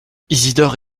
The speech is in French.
isidore